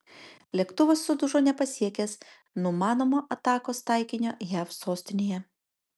lėktuvas sudužo nepasiekęs numanomo atakos taikinio jav sostinėje